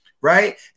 right